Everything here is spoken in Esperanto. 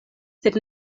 sed